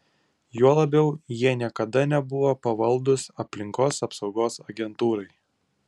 juo labiau jie niekada nebuvo pavaldūs aplinkos apsaugos agentūrai